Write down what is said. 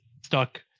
stuck